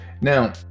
Now